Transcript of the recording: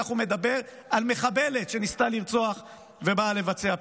כך הוא מדבר על מחבלת שניסתה לרצוח ובאה לבצע פיגוע.